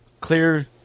clear